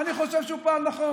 אני חושב שהוא פעל נכון.